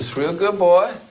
real good, boy,